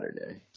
Saturday